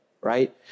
right